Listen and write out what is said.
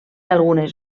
algunes